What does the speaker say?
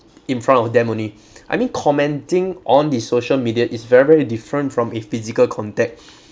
in front of them only I mean commenting on the social media is very very different from a physical contact